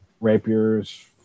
rapiers